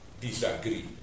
disagree